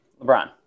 LeBron